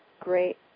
great